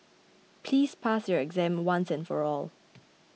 please pass your exam once and for all